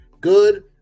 good